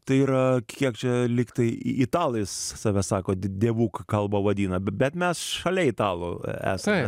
tai yra kiek čia lygtai italais save sako dievų kalbą vadina bet mes šalia italų esame